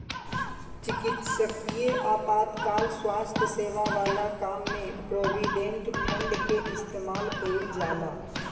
चिकित्सकीय आपातकाल स्वास्थ्य सेवा वाला काम में प्रोविडेंट फंड के इस्तेमाल कईल जाला